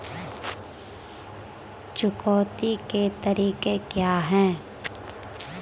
चुकौती के तरीके क्या हैं?